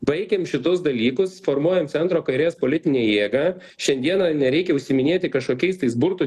baikim šitus dalykus formuojam centro kairės politinę jėgą šiandieną nereikia užsiiminėti kažkokiais tais burtų